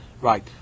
Right